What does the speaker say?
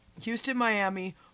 Houston-Miami